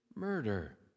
murder